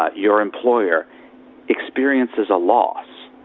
ah your employer experiences a loss.